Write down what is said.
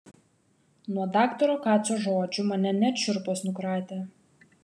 nuo daktaro kaco žodžių mane net šiurpas nukratė